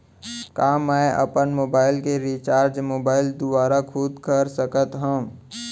का मैं अपन मोबाइल के रिचार्ज मोबाइल दुवारा खुद कर सकत हव?